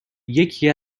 یکی